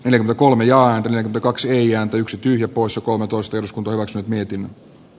pelimme kulmiaan ja kaksi ja yksi tyhjä poissa kolmetoista eduskunta hyväksyi mietin